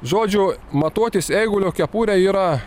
žodžiu matuotis eigulio kepurę yra